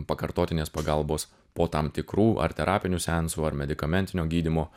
pakartoti nes pagalbos po tam tikrų ar terapinių seansų ar medikamentinio gydymo